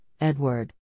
Edward